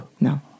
No